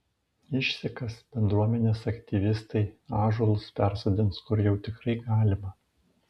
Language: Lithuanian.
išsikas bendruomenės aktyvistai ąžuolus persodins kur jau tikrai galima